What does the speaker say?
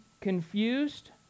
confused